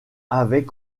avait